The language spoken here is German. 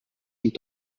und